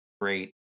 great